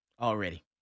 already